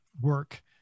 work